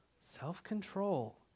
Self-control